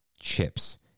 chips